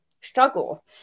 struggle